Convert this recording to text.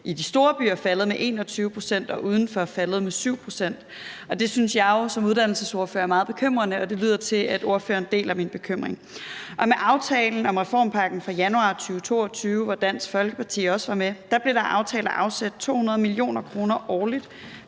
i de store byer faldet med 21 pct., og uden for de store byer er det faldet med 7 pct., og det synes jeg jo som uddannelsesordfører er meget bekymrende, og det lyder til, at ordføreren deler min bekymring. Med aftalen om reformpakken fra januar 2022, hvor Dansk Folkeparti også var med, blev det aftalt at afsætte 200 mio. kr. årligt